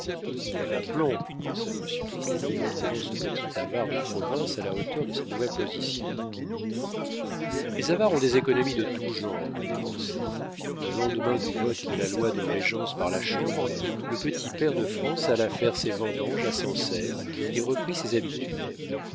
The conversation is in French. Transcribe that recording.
aplomb pensa monsieur de clagny en trouvant ce petit avare de province à la hauteur de sa nouvelle position les avares ont des économies de tout genre à dépenser le lendemain du vote de la loi de régence par la chambre le petit pair de france alla faire ses vendanges à sancerre et reprit ses habitudes